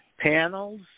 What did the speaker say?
Panels